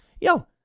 Yo